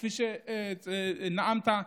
כפי שנאמת,